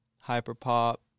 hyper-pop